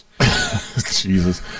Jesus